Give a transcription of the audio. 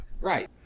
Right